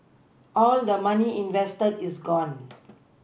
all the money invested is gone